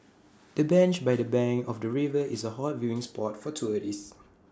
the bench by the bank of the river is A hot viewing spot for tourists